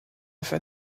for